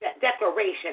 declaration